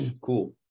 Cool